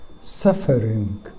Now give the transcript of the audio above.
suffering